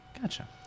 Gotcha